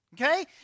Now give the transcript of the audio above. Okay